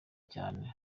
cyane